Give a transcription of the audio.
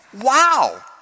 Wow